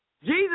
Jesus